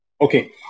Okay